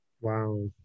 Wow